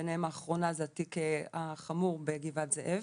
ביניהם האחרון זה התיק החמור בגבעת זאב